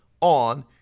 on